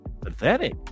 pathetic